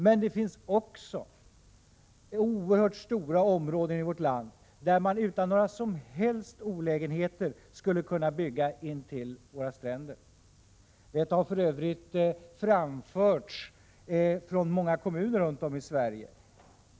Men det finns också oerhört stora områden i vårt land där man utan några som helst olägenheter skulle kunna bygga intill våra stränder. Detta har för övrigt framförts från många kommuner runt om i Sverige.